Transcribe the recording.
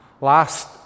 Last